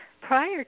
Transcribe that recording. prior